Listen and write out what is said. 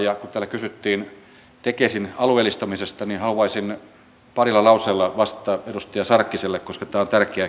mutta mitä tulee tähän omaishoitoon niin sekin on hyvä asia että nyt panostetaan omaishoitoon